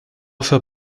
faire